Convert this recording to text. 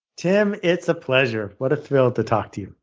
tim, it's a pleasure. what a thrill to talk to you.